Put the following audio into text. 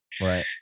Right